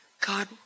God